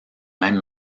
même